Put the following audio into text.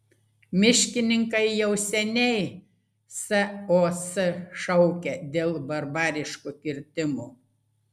miškininkai jau seniai sos šaukia dėl barbariškų kirtimų